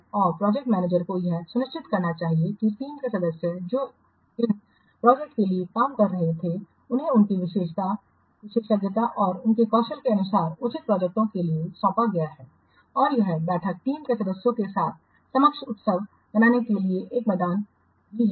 और project manager को यह सुनिश्चित करना चाहिए कि टीम के सदस्य जो इन प्रोजेक्ट के लिए काम कर रहे थे उन्हें उनकी विशेषज्ञता और उनके कौशल के अनुसार उचित प्रोजेक्टओं के लिए सौंपा गया है और यह बैठक टीम के सदस्यों के समक्ष उत्सव मनाने के लिए एक मैदान भी है